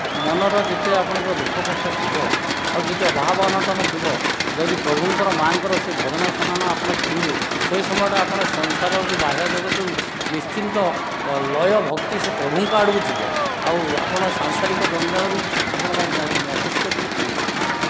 ମନର ଯେତେ ଆପଣଙ୍କର ଦୁଃଖ କଷ୍ଟ ଥିବ ଆଉ ଯେତେ ଅଭାବ ଅନାଟନ ଥିବ ଯଦି ପ୍ରଭୁଙ୍କର ମାଙ୍କର ସେ ଭଜନ ଜଣାଣ ଆପଣ ଶୁଣିବେ ସେହି ସମୟ ଟା ଆପଣ ସଂସାରରୁ ବାହ୍ୟଜଗତରୁ ନିଶ୍ଚିନ୍ତ ଲୟ ଭକ୍ତି ସେ ପ୍ରଭୁଙ୍କ ଆଡ଼କୁ ଯିବ ଆଉ ଆପଣ ସାଂସାରିକ ଜଞ୍ଜାଳରୁ ଆପଣଙ୍କ ମତିଷ୍କ ଟିକେ ଫ୍ରି ରହିବ